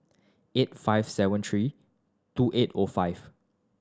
eight five seven three two eight O five